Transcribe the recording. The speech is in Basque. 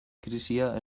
krisia